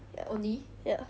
ya ya